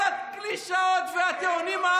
את כל הקלישאות והטיעונים ההזויים שלכם.